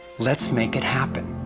lets make it happen!